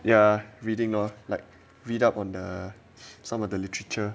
ya reading or like read up on the some of the literature